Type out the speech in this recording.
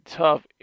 tough